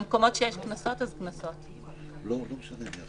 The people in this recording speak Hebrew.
במקומות שיש קנסות, אז קנסות, והתראה.